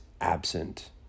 absent